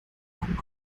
lamm